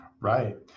Right